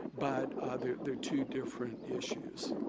but they're they're two different issues.